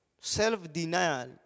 self-denial